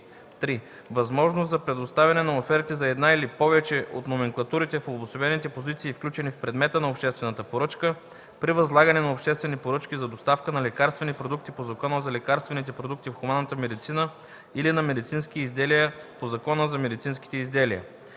„3. възможност за представяне на оферти за една или повече от номенклатурите в обособените позиции, включени в предмета на обществената поръчка – при възлагане на обществени поръчки за доставка на лекарствени продукти по Закона за лекарствените продукти в хуманната медицина или на медицински изделия по Закона за медицинските изделия;”.